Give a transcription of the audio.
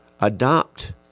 adopt